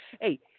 Hey